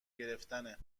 گرفتنه